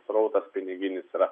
srautas piniginis yra